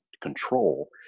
control